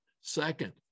Second